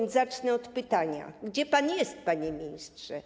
Zatem zacznę od pytania: Gdzie pan jest, panie ministrze?